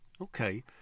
Okay